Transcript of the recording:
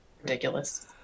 ridiculous